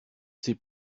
sais